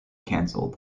canceled